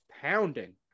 pounding